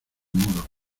muros